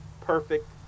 perfect